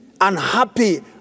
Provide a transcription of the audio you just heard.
unhappy